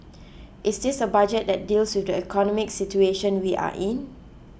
is this a Budget that deals with the economic situation we are in